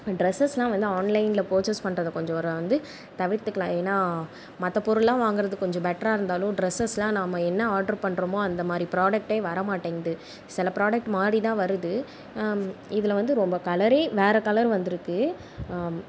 ட்ரெஸ்சஸ்லாம் வந்து ஆன்லைனில் பர்சேஸ் பண்ணுறத கொஞ்சம் வந்து தவிர்த்துக்கலாம் ஏன்னா மற்றப் பொருள்லாம் வாங்குறது கொஞ்சம் பெட்டரா இருந்தாலும் ட்ரெசஸ்லாம் நம்ம என்ன ஆர்டர் பண்ணுறமோ அந்த மாதிரி புராடக்ட்டே வரமாட்டேங்கிது சில ப்ராடக்ட் மாறிதான் வருது இதில் வந்து ரொம்ப கலரே வேறு கலர் வந்துருக்கு